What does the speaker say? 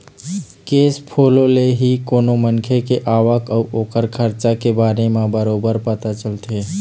cash follow ले ही कोनो मनखे के आवक अउ ओखर खरचा के बारे म बरोबर पता चलथे